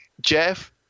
jeff